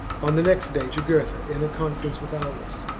on the next day, jugurtha, in a conference with aulus,